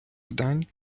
видань